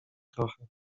trochę